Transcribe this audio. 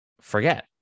forget